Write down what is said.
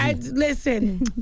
Listen